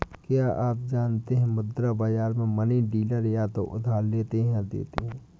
क्या आप जानते है मुद्रा बाज़ार में मनी डीलर या तो उधार लेते या देते है?